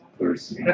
first